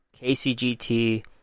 KCGT